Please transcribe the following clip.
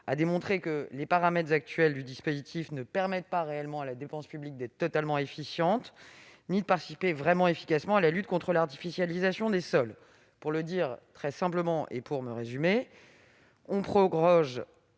a démontré que les paramètres actuels du dispositif ne permettaient pas réellement à la dépense publique d'être totalement efficiente ni de participer vraiment efficacement à la lutte contre l'artificialisation des sols. Pour résumer, le Gouvernement s'est engagé à proroger